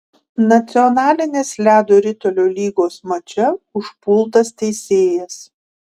nacionalinės ledo ritulio lygos mače užpultas teisėjas